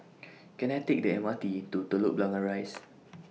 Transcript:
Can I Take The M R T to Telok Blangah Rise